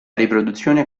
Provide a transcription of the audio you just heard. riproduzione